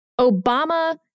Obama